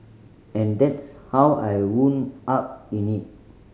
and that's how I wound up in it